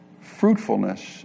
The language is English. fruitfulness